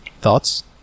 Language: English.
Thoughts